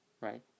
right